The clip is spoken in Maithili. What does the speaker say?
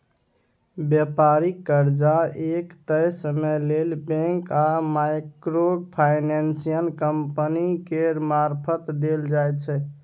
बेपारिक कर्जा एक तय समय लेल बैंक आ माइक्रो फाइनेंसिंग कंपनी केर मारफत देल जाइ छै